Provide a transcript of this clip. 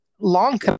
long